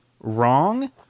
wrong